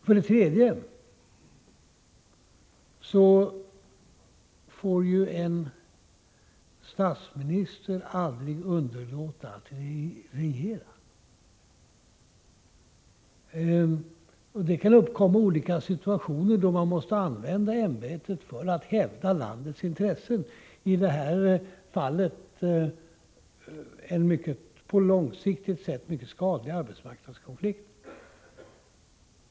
För det tredje får en statsminister aldrig underlåta att regera. Det kan uppkomma olika situationer då man måste använda ämbetet för att hävda landets intressen. I det här fallet gällde det en på lång sikt mycket skadlig arbetsmarknadskonflikt.